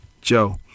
Joe